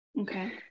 Okay